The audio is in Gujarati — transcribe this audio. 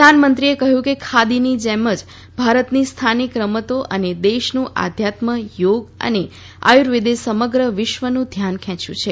પ્રધાનમંત્રીએ કહ્યું કે ખાદીની જેમ જ ભારતની સ્થાનીક રમતો અને દેશનું આધ્યાત્મ યોગ અને આયુર્વેદે સમગ્ર વિશ્વનું ધ્યાન ખેંચ્યું છે